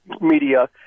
media